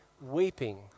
weeping